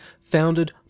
founded